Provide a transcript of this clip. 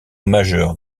majeur